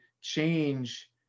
change